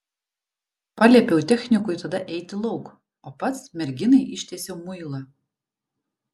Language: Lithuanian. paliepiau technikui tada eiti lauk o pats merginai ištiesiau muilą